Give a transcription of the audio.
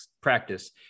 practice